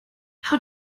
how